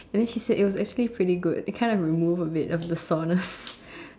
and then she said it was actually pretty good it kind of remove a bit of the soreness